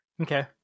Okay